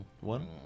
One